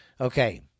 Okay